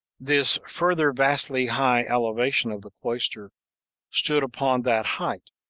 this further vastly high elevation of the cloister stood upon that height,